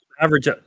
average